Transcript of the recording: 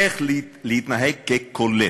איך להתנהג כקולט.